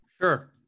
sure